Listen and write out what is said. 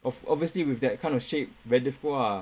obv~ obviously with that kind of shape very difficult ah